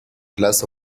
glass